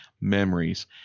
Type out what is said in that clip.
memories